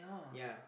ya